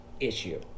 issue